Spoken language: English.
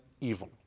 evil